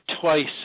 twice